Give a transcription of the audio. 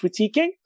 critiquing